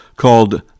called